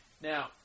Now